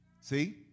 See